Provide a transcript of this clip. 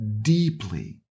deeply